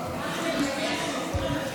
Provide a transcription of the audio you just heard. נכון.